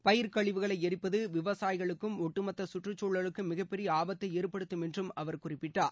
பயிர்க் கழிவுகளை எரிப்பது விவசாயிகளுக்கும் ஒட்டுமொத்த கற்றுச்சூழலுக்கும் மிகப்பெரிய ஆபத்தை ஏற்படுத்தும் என்றும் அவர் குறிப்பிட்டார்